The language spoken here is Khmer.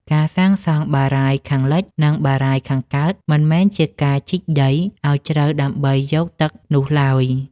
ការសាងសង់បារាយណ៍ខាងលិច និងបារាយណ៍ខាងកើត មិនមែនជាការជីកដីឱ្យជ្រៅដើម្បីយកទឹកនោះឡើយ។